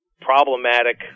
problematic